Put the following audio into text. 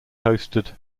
hosted